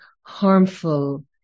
harmful